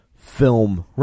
Film